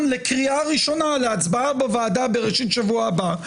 לקריאה ראשונה להצבעה בוועדה בראשית שבוע הבא,